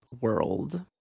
world